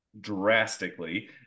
drastically